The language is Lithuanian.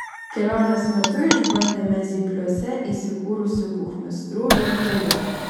kelionės metu išbandėme zypliuose įsikūrusių kuchmistrų virtuvę